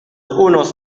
unos